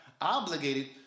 obligated